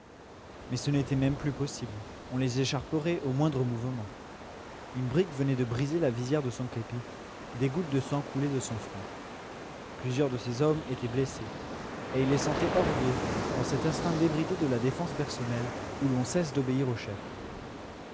mais ce n'était même plus possible on les écharperait au moindre mouvement une brique venait de briser la visière de son képi des gouttes de sang coulaient de son front plusieurs de ses hommes étaient blessés et il les sentait hors d'eux dans cet instinct débridé de la défense personnelle où l'on cesse d'obéir aux chefs